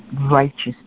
righteous